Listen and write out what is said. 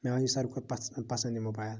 مےٚ آو یہِ سارِوٕے کھۄتہٕ پَسنٛد پَسَنٛد یہِ موبایل